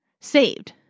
saved